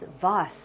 Voss